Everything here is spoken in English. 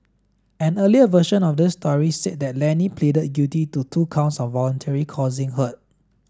an earlier version of this story said that Lenny pleaded guilty to two counts of voluntarily causing hurt